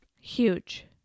Huge